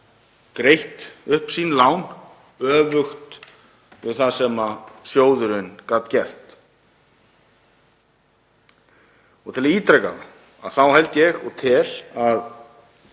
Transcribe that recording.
greitt upp sín lán, öfugt við það sem sjóðurinn gat gert. Til ítrekunar, þá held ég og tel að